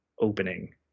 opening